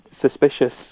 suspicious